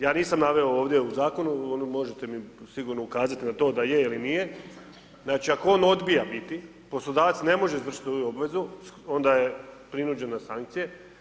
Ja nisam naveo ovdje u zakonu, možete mi sigurno ukazati na to da je ili nije, znači ako on odbija biti, poslodavac ne može izvršiti svoju obvezu, onda je prinuđen na sankcije.